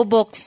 Box